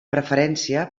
preferència